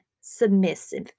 submissive